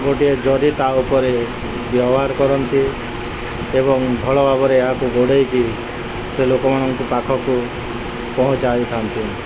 ଗୋଟିଏ ଜରି ତା ଉପରେ ବ୍ୟବହାର କରନ୍ତି ଏବଂ ଭଲ ଭାବରେ ଏହାକୁ ଘୋଡ଼େଇକି ସେ ଲୋକମାନଙ୍କ ପାଖକୁ ପହଞ୍ଚାଇଥାନ୍ତି